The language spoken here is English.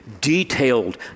detailed